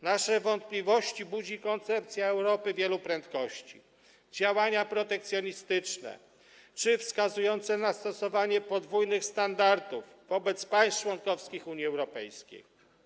Nasze wątpliwości budzi koncepcja Europy wielu prędkości, działania protekcjonistyczne czy wskazujące na stosowanie podwójnych standardów wobec państw członkowskich Unii Europejskiej.